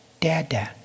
Dada